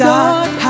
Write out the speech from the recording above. God